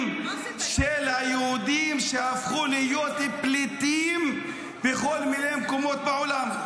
של היהודים שהפכו להיות פליטים בכל מיני מקומות בעולם.